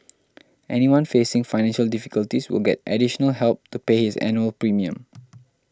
anyone facing financial difficulties will get additional help to pay his annual premium